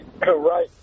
right